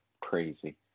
crazy